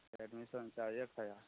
इसका admission charge एक हजार